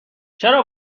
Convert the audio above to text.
چرا